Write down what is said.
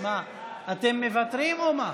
אתם מוותרים או מה?